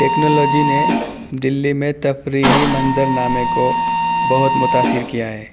technology نے دلی میں تفریحی منظرنامے کو بہت متأثر کیا ہے